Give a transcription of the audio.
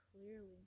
clearly